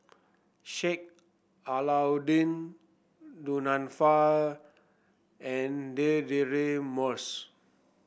Sheik Alau'ddin Du Nanfa and Moss